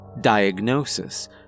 Diagnosis